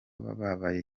bababaye